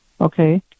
okay